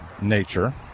nature